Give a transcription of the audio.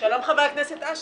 יושב כאן חברי תומר שלפניק.